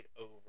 over